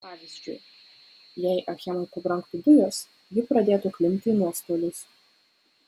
pavyzdžiui jei achemai pabrangtų dujos ji pradėtų klimpti į nuostolius